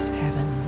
heaven